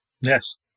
Yes